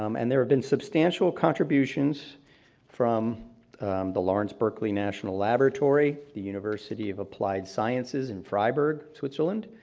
um and there have been substantial contributions from the lawrence berkeley national laboratory, the university of applied sciences in fribourg, switzerland.